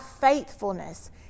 faithfulness